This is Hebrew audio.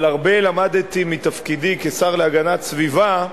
אבל הרבה למדתי מתפקידי כשר להגנת סביבה,